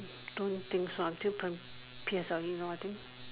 don't think so until prim~ P_S_L_E lor I think